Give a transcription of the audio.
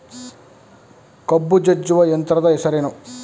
ಕಬ್ಬು ಜಜ್ಜುವ ಯಂತ್ರದ ಹೆಸರೇನು?